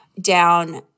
down